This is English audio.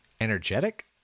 energetic